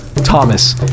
Thomas